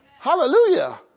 Hallelujah